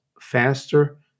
faster